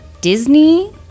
Disney